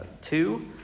two